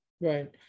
Right